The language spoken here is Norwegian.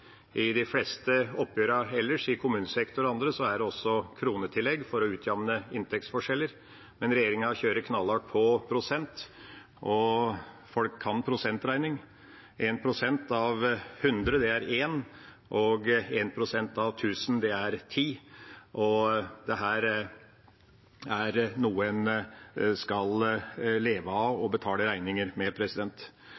I de fleste oppgjørene ellers – i kommunesektoren og andre – er det også kronetillegg for å utjevne inntektsforskjeller, men regjeringa kjører knallhardt på prosent. Folk kan prosentregning. 1 pst. av 100 er 1, og 1 pst. av 1 000 er 10. Dette er noe en skal leve av